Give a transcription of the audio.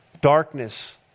Darkness